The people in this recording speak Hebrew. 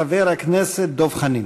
חבר הכנסת דב חנין.